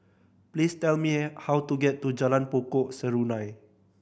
please tell me how to get to Jalan Pokok Serunai